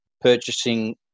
purchasing